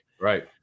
Right